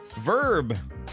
verb